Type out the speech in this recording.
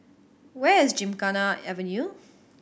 where is Gymkhana Avenue